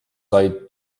sai